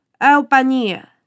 Albania